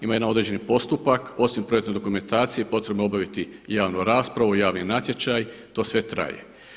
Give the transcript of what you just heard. Ima jedan određeni postupak osim projektne dokumentacije potrebno je obaviti i javnu raspravu i javni natječaj, to sve traje.